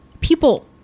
people